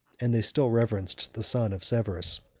and they still reverenced the son of severus.